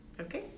Okay